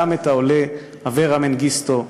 גם את העולה אברה מנגיסטו,